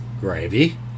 Gravy